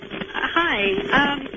Hi